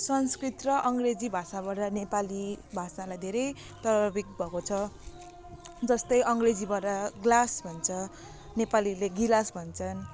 संस्कृत र अङ्ग्रेजी भाषाबाट नेपाली भाषालाई धेरै तरविक भएको छ जस्तै अङ्ग्रेजीबाट ग्लास भन्छ नेपालीले गिलास भन्छन्